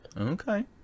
Okay